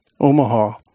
Omaha